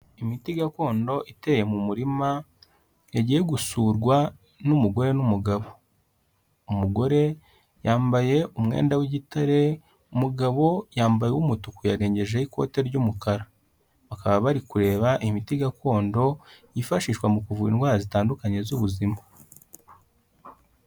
Imiti gakondo iteye mu murima yagiye gusurwa n'umugore n'umugabo, umugore yambaye umwenda w'igitare, umugabo yambaye uw'umutuku yarengejeho ikote ry'umukara, bakaba bari kureba imiti gakondo yifashishwa mu kuvura indwara zitandukanye z'ubuzima.